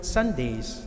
Sundays